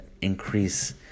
increase